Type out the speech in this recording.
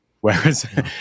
whereas